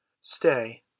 Stay